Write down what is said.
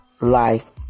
life